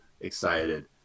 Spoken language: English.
excited